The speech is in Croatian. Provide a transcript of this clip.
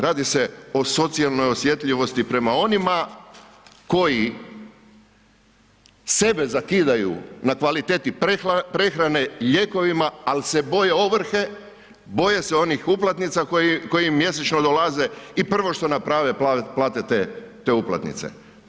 Radi se o socijalnoj osjetljivosti prema onima koji sebe zakidaju na kvaliteti prehrane, lijekovima, ali se boje ovrhe, boje se onih uplatnica koje im mjesečno dolaze i prvo što naprave plate te uplatnice.